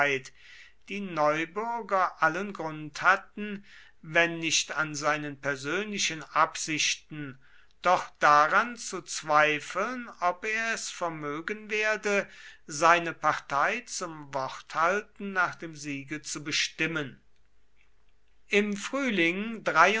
die neubürger allen grund hatten wenn nicht an seinen persönlichen absichten doch daran zu zweifeln ob er es vermögen werde seine partei zum worthalten nach dem siege zu bestimmen im frühling